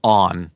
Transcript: on